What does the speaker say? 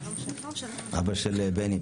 אבא של בני,